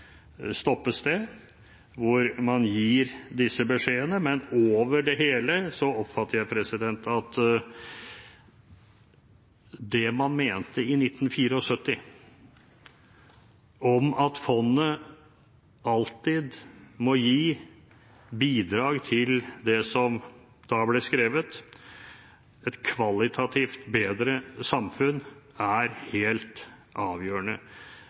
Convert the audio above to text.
et stoppested hvor man gir disse beskjedene, men over det hele oppfatter jeg at det man mente i 1974, om at fondet alltid må gi bidrag til det som da ble skrevet, «et kvalitativt bedre samfunn», er helt avgjørende.